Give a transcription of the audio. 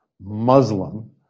Muslim